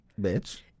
bitch